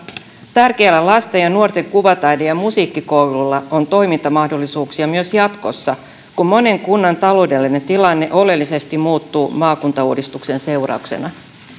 tärkeillä lasten ja nuorten kuvataide ja musiikkikouluilla on toimintamahdollisuuksia myös jatkossa kun monen kunnan taloudellinen tilanne oleellisesti muuttuu maakuntauudistuksen seurauksena